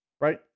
right